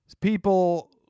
people